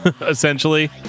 Essentially